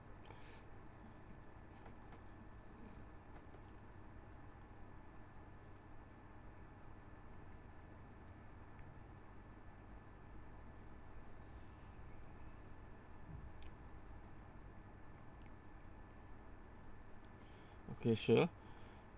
okay sure